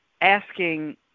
asking